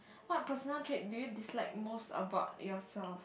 what personal trait do you dislike most about yourself